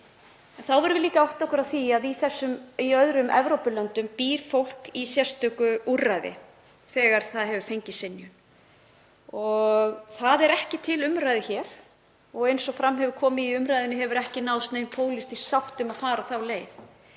Þá verðum við líka að átta okkur á því að í öðrum Evrópulöndum býr fólk í sérstöku úrræði þegar það hefur fengið synjun. Það er ekki til umræðu hér og eins og fram hefur komið í umræðunni hefur ekki náðst nein pólitísk sátt um að fara þá leið.